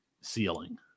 ceiling